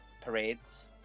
Parades